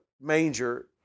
manger